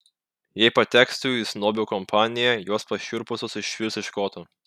jei pateksiu į snobių kompaniją jos pašiurpusios išvirs iš koto